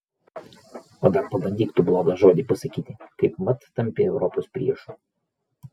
o dar pabandyk tu blogą žodį pasakyti kaipmat tampi europos priešu